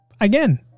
again